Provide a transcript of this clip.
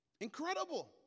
Incredible